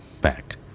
back